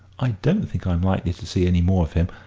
i don't think i'm likely to see any more of him.